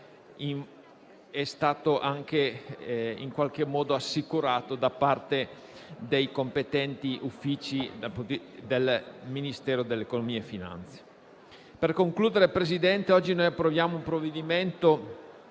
stato anche in qualche modo assicurato da parte dei competenti uffici del Ministero dell'economia e delle finanze. Per concludere, signor Presidente, oggi ci accingiamo ad approvare un provvedimento